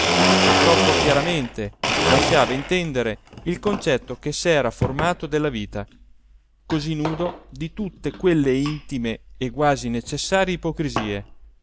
e troppo chiaramente lasciava intendere il concetto che s'era formato della vita così nudo di tutte quelle intime e quasi necessarie ipocrisie